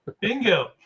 Bingo